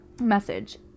message